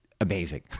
amazing